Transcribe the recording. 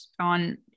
on